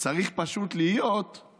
/ צריך פשוט להיות חתולה.